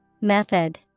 Method